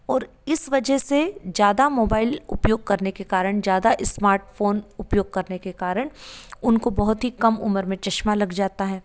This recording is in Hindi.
और इस वजह से ज़्यादा मोबाईल उपयोग करने के कारण ज़्यादा इस्मार्टफोन उपयोग करने के कारण उनको बहुत ही कम उम्र में चश्मा लग जाता है